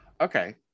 Okay